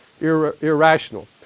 irrational